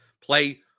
play